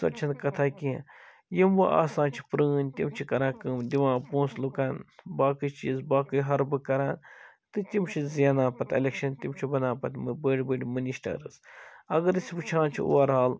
سۄ چھَ نہٕ کَتھا کیٚنٛہہ یِم وۄنۍ آسان چھِ پرٛٲنۍ تِم چھِ کَران کٲم دِوان پۅنٛسہٕ لُکَن باقٕے چیٖز باقٕے حَربہٕ کَران تہٕ تِم چھِ زینان پَتہٕ الیٚکشَن تِم چھِ بنان پَتہٕ بٔڈۍ بٔڈۍ منِسٹرٲرٕس اگر أسۍ وُچھان چھِ اووَر آل